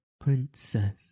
princess